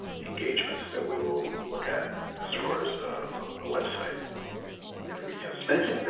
engagements that we will look at as far as a website in a retail space. jason